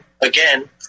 again